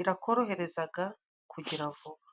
irakoroherezaga kugira vuba.